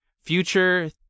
Future